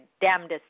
damnedest